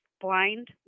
blind